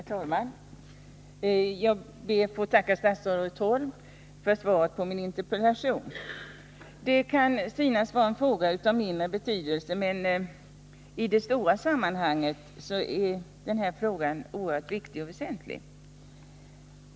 Herr talman! Jag ber att få tacka statsrådet Holm för svaret på min interpellation. Frågan kan synas vara av mindre betydelse, men i det stora sammanhanget är den oerhört viktig.